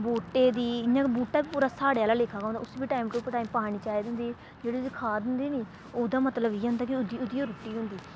बूह्टे दी इ'यां गै बूह्टा बी पूरा साढ़े आह्ला लेखा गै होंदा उस्सी बी टाइम टू टाइम पानी चाहिदी होंदी जेह्ड़ी ओह्दी खाद होंदी निं ओह्दा मतलब इ'यै होंदा कि ओह्दी ओह्दी ओह् रुट्टी होंदी